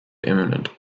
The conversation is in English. imminent